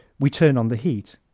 we turn on the heat.